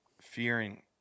fearing